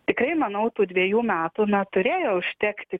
tikrai manau tų dvejų metų na turėjo užtekti